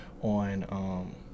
on